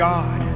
God